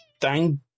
thank